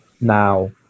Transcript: now